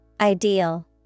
Ideal